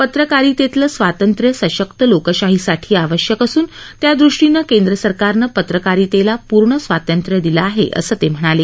पत्रकारितेतलं स्वातंत्र्य सशक्त लोकशाहीसाठी आवश्यक असून त्या दृष्टीनं केंद्र सरकारनं पत्रकारितेला पूर्ण स्वातंत्र्य दिलं आहे असं ते म्हणाले